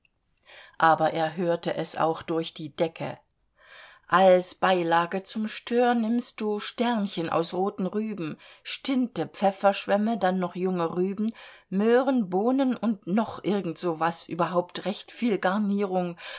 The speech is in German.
aber er hörte es auch durch die decke als beilage zum stör nimmst du sternchen aus roten rüben stinte pfefferschwämme dann noch junge rüben möhren bohnen und noch irgend so was überhaupt recht viel garnierung